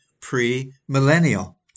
pre-millennial